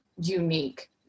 unique